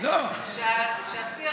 שהשיח